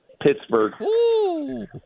Pittsburgh